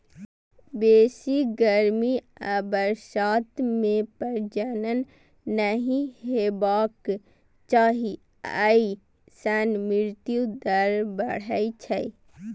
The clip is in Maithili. बेसी गर्मी आ बरसात मे प्रजनन नहि हेबाक चाही, अय सं मृत्यु दर बढ़ै छै